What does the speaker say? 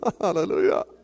Hallelujah